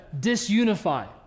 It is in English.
disunify